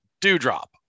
Dewdrop